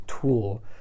tool